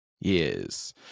Yes